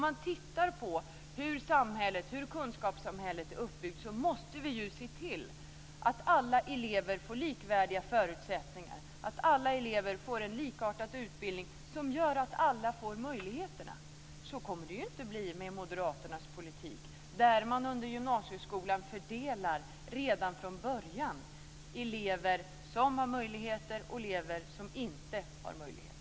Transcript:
Med tanke på hur kunskapssamhället är uppbyggt måste vi se till att alla elever får likvärdiga förutsättningar, att alla elever får en likartad utbildning, som gör att alla får möjligheterna. Så kommer det inte att bli med moderaternas politik, där man under gymnasieskolan redan från början fördelar elever som har möjligheter och elever som inte har möjligheter.